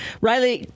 Riley